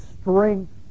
strength